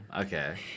Okay